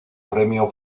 premio